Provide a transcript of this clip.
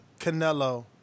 Canelo